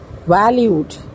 valued